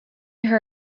her